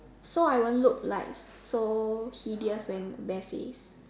so I won't look like so hideous when bare faced